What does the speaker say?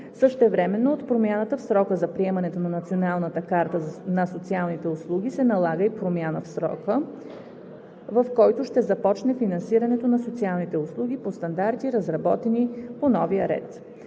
Същевременно, от промяната в срока за приемането на Националната карта на социалните услуги се налага и промяна на срока, в който ще започне финансирането на социалните услуги по стандарти, разработени по новия ред.